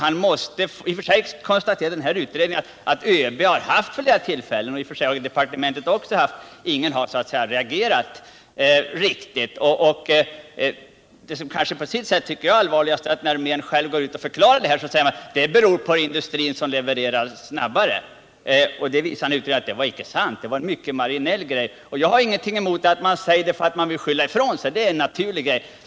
I och för sig konstaterar studien om arméns överskridande att ÖB har haft flera tillfällen att ingripa, och det har ju departementet också haft, men ingen har riktigt reagerat, Det jag kanske tycker är allvarligast är när armén går ut och förklarar att överskridandet beror på industrin som levererar snabbare. Utredningen visade att det icke var sant, det var en mycket marginell sak. Jag föreslår naturligtvis att man vill skylla ifrån sig, det är begripligt.